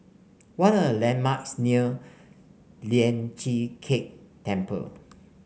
what are the landmarks near Lian Chee Kek Temple